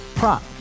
Prop